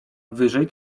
wyżej